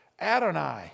Adonai